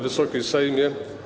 Wysoki Sejmie!